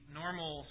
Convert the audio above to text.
normal